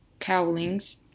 Cowlings